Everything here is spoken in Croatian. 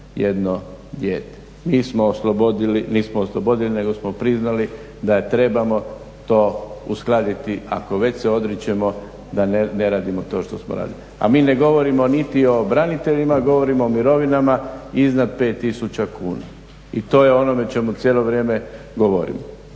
51 dijete. Mi smo oslobodili, nismo oslobodili nego smo priznali da trebamo to uskladiti ako već se odričemo da ne radimo to što smo radili. A mine govorimo niti o braniteljima, govorimo o mirovinama iznad 5 tisuća kuna i to je ono o čemu cijelo vrijeme govorim.